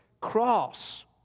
cross